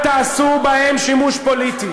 אל תעשו בהם שימוש פוליטי.